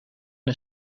een